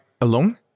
alone